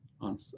on